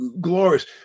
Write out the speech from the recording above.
glorious